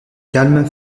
calme